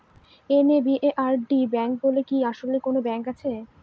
NABARD bank বলে কি আসলেই কোনো ব্যাংক আছে?